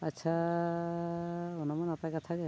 ᱟᱪᱪᱷᱟᱻ ᱚᱱᱟᱢᱟ ᱱᱟᱯᱟᱭ ᱠᱟᱛᱷᱟᱜᱮ